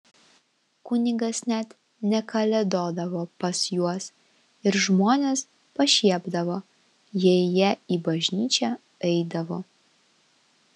kunigas net nekalėdodavo pas juos ir žmonės pašiepdavo jei jie į bažnyčią eidavo